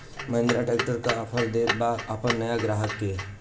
Mahindra tractor का offer देत बा अपना नया ग्राहक के?